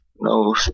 No